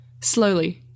slowly